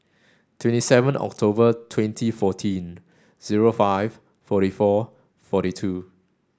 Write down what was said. twenty seven October twenty fourteen zero five forty four forty two